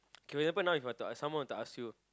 okay will happen now If I someone where to ask you